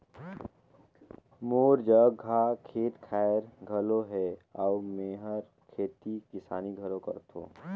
मोर जघा खेत खायर घलो हे अउ मेंहर खेती किसानी घलो करथों